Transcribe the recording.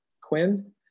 Quinn